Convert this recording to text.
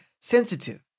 sensitive